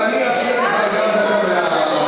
אני חייבת לדעת.